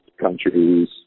countries